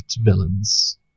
villains